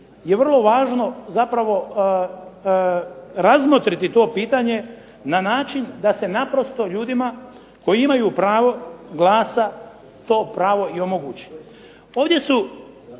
je vrlo važno zapravo razmotriti to pitanje na način da se naprosto ljudima koji imaju pravo glasa to pravo i omogući. Ovdje su